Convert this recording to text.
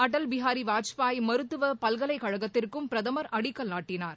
அடல் பிகாரி வாஜ்பாய் மருத்துவ பல்கலைக்கழகத்திற்கும் பிரதமர் அடிக்கல் நாட்டினார்